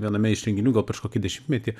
viename iš renginių gal prieš kokį dešimtmetį